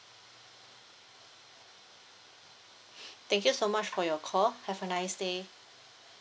thank you so much for your call have a nice day